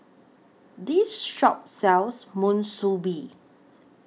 This Shop sells Monsunabe